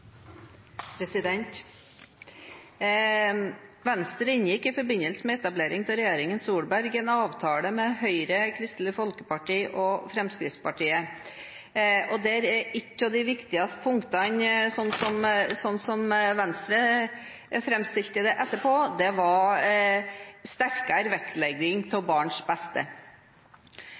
Venstre inngikk i forbindelse med etableringen av regjeringen Solberg en avtale med Høyre, Kristelig Folkeparti og Fremskrittspartiet. Der er ett av de viktigste punktene, slik Venstre framstilte det etterpå, sterkere vektlegging av barns beste.